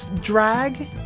drag